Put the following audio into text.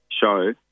show